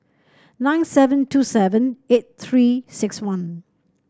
nine seven two seven eight Three six one